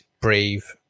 brave